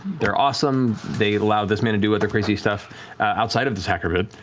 they're awesome, they allow this man to do other crazy stuff outside of this hacker but